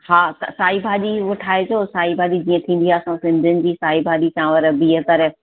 हा त साई भाॼी हूअ ठाइजो साई भाॼी जीअं थींदी आहे असां सिंधियुनि जी साई भाॼी चांवर ॿीहु तरियलु